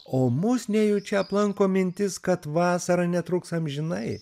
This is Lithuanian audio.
o mus nejučia aplanko mintis kad vasara netruks amžinai